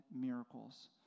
miracles